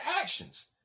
actions